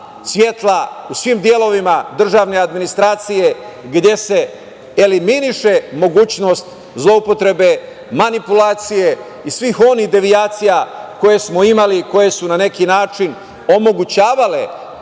u svim delovima državne administracije gde se eliminiše mogućnost zloupotrebe, manipulacije i svih onih devijacija koje smo imali, koje su na neki način omogućavale